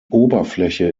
oberfläche